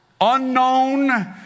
Unknown